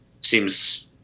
seems